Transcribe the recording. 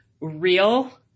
real